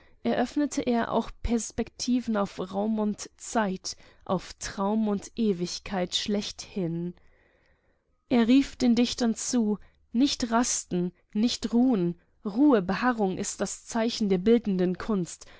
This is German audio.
eröffnete er auch perspektiven auf raum und zeit auf traum und ewigkeit schlechthin er rief den dichtern zu nicht rasten nicht ruhen ruhe beharrung ist das zeichen der bildenden kunst